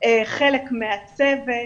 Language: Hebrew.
הם חלק מהצוות,